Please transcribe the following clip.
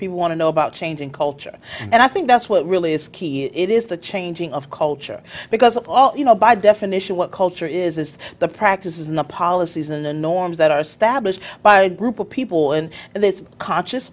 people want to know about changing culture and i think that's what really is key it is the changing of culture because all you know by definition what culture is is the practices in the policies and the norms that are stablish by a group of people in this conscious